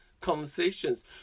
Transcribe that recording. conversations